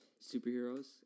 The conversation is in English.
superheroes